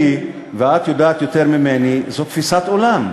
שלי, ואת יודעת יותר ממני, זה תפיסת עולם,